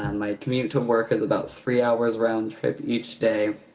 and my commute to work is about three hours round-trip each day.